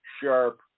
sharp